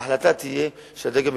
ההחלטה תהיה של הדרג המקצועי,